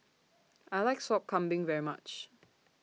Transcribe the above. I like Sop Kambing very much